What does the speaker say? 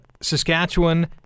Saskatchewan